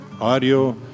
audio